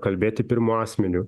kalbėti pirmu asmeniu